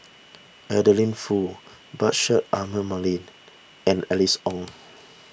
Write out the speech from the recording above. Adeline Foo Bashir Ahmad Mallal and Alice Ong